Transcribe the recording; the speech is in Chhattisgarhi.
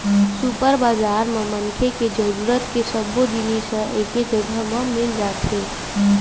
सुपर बजार म मनखे के जरूरत के सब्बो जिनिस ह एके जघा म मिल जाथे